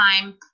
time